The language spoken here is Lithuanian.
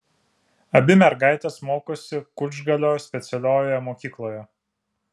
abi mergaitės mokosi kučgalio specialiojoje mokykloje